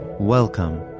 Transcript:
Welcome